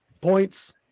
points